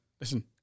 Listen